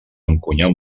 encunyar